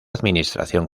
administración